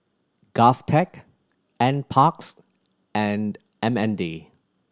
GovTech Nparks and M N D